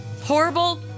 Horrible